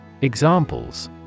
Examples